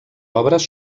obres